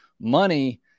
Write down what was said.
money